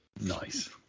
Nice